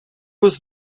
was